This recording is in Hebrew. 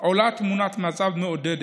תמונת מצב מעודדת,